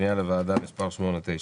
בבקשה.